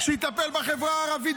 שיטפל בחברה הערבית,